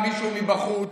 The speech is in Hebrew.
צריך גם מישהו מבחוץ.